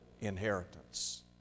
inheritance